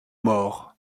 morts